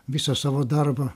visą savo darbą